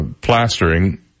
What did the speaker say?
plastering